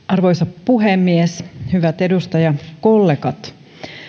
arvoisa puhemies hyvät edustajakollegat